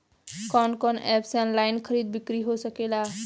कवन कवन एप से ऑनलाइन खरीद बिक्री हो सकेला?